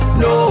no